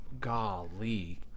Golly